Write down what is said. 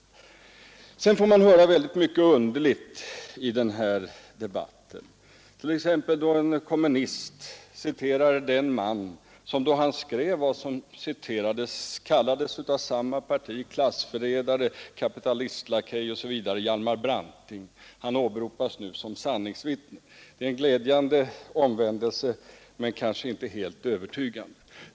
Man får verkligen höra väldigt mycket underligt i denna debatt, t. ex att en kommunist citerar en man, som då han skrev det citerade av samma parti kallades klassförrädare, kapitalistlakej osv., nämligen Hjalmar Branting. Han åberopas nu som sanningsvittne. Det är en glädjande men kanske inte helt övertygande omvändelse.